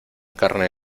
carne